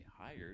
hired